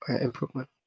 improvement